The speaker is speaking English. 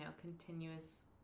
continuous